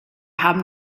haben